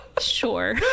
sure